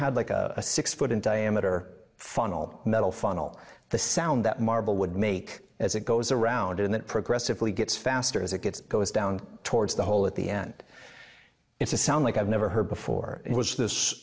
had like a six foot in diameter funnel metal funnel the sound that marble would make as it goes around and that progressively gets faster as it gets goes down towards the hole at the end it's a sound like i've never heard before it was this